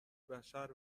بشر